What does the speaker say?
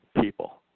people